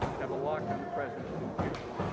have a lock on the present and the future.